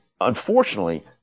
Unfortunately